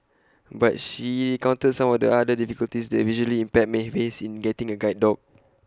but she recounted some of the other difficulties the visually impaired may face in getting A guide dog